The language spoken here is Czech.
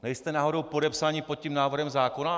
Nejste náhodou podepsaní pod tím návrhem zákona?